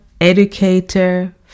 educator